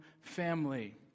family